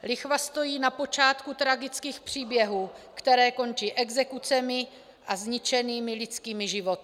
Lichva stojí na počátku tragických příběhů, které končí exekucemi a zničenými lidskými životy.